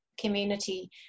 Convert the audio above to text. community